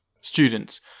students